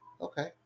Okay